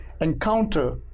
encounter